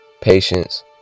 patience